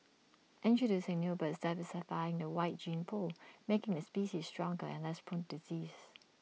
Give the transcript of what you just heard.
introducing new birds diversify the wild gene pool making the species stronger and less prone disease